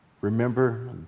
Remember